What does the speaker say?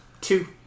Two